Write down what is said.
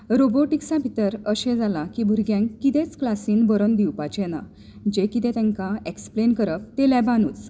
रोबोटिक्सा भितर अशें जाला की भुरग्यांक कितेंच क्लासींत बरोवन दिवपाचें ना जें कितें तांकां एक्सप्लेन करप तें लॅबानूच